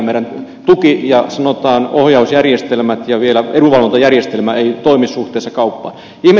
meidän tuki ja sanotaan ohjausjärjestelmät ja vielä edunvalvontajärjestelmä eivät toimi suhteessa kauppaan